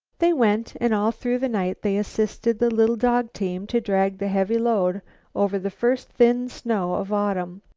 they went, and all through the night they assisted the little dog-team to drag the heavy load over the first thin snow of autumn.